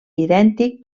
idèntic